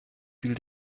fiel